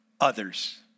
others